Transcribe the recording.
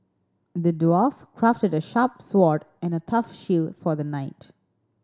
the dwarf crafted a sharp sword and a tough shield for the knight